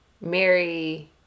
Mary